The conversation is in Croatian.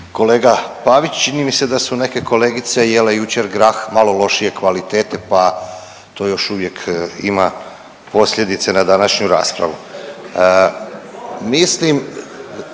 kolega Pavić, čini mi se da su neke kolegice jele jučer grah malo lošije kvalitete, pa to još uvijek ima posljedice na današnju raspravu. Mislim